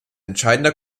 entscheidender